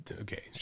okay